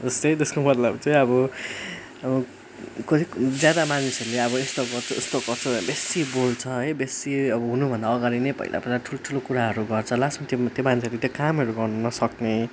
जस्तै त्यसको मतलब चाहिँ अब अब कसै ज्यादा मानिसहरूले अब यस्तो गर्छु उस्तो गर्छु बेसी बोल्छ है बेसी अब हुनुभन्दा अगाडि नै पहिला पहिला ठुल्ठुलो कुराहरू गर्छ लास्टमा त्यो त्यो मान्छेले त्यो कामहरू गर्नु नसक्ने